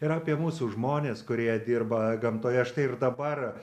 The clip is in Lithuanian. ir apie mūsų žmones kurie dirba gamtoje štai ir dabar